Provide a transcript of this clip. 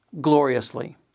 gloriously